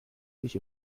sich